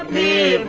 a